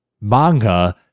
manga